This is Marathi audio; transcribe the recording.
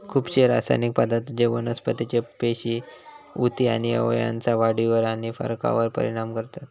खुपशे रासायनिक पदार्थ जे वनस्पतीचे पेशी, उती आणि अवयवांच्या वाढीवर आणि फरकावर परिणाम करतत